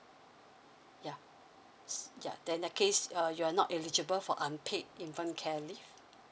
ya s~ ya then the case uh you are not eligible for unpaid infant care leave